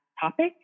topic